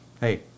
hey